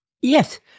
Yes